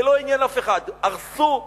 זה לא עניין אף אחד, הרסו והשחיתו.